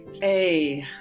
Hey